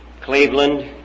Cleveland